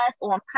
on